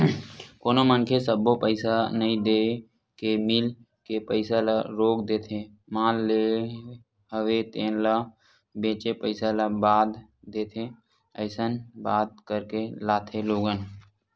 कोनो मनखे सब्बो पइसा नइ देय के मील के पइसा ल रोक देथे माल लेय हवे तेन ल बेंचे पइसा ल बाद देथे अइसन बात करके लाथे लोगन